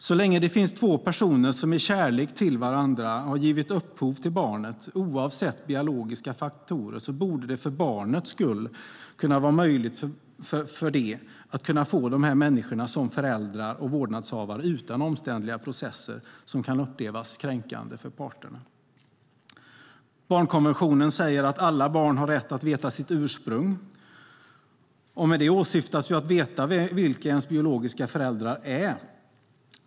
Så länge det finns två personer som i kärlek till varandra har givit upphov till barnet, oavsett biologiska faktorer, borde det för barnets skull vara möjligt för barnet att få dessa människor som föräldrar och vårdnadshavare utan omständliga processer som kan upplevas kränkande för parterna. Barnkonventionen säger att alla barn har rätt att veta sitt ursprung. Med det åsyftas att veta vilka ens biologiska föräldrar är.